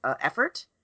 effort